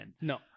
No